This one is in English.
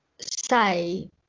say